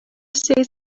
says